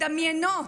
מדמיינות,